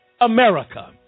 America